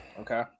Okay